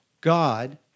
God